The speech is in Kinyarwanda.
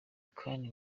kandi